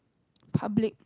public